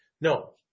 No